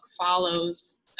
follows